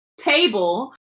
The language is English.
table